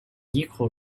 equal